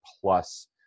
plus